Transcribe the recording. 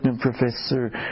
Professor